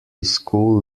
school